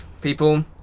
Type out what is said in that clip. people